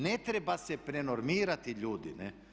Ne treba se prenormirati ljudi.